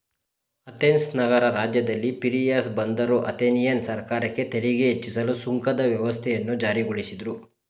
Athens ನಗರ ರಾಜ್ಯದಲ್ಲಿ Piraeus ಬಂದರು ಅಥೆನಿಯನ್ ಸರ್ಕಾರಕ್ಕೆ ತೆರಿಗೆ ಹೆಚ್ಚಿಸಲು ಸುಂಕದ ವ್ಯವಸ್ಥೆಯನ್ನು ಜಾರಿಗೊಳಿಸಿದ್ರು